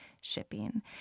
shipping